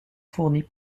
fournies